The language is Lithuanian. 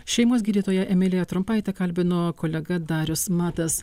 šeimos gydytoja emiliją trumpaitę kalbino kolega darius matas